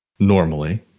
Normally